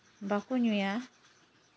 ᱵᱟᱠᱚ ᱧᱩᱭᱟ